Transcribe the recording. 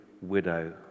widow